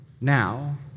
Now